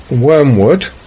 Wormwood